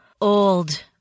old